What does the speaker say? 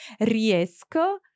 riesco